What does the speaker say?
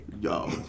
yo